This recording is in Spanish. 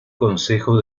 consejo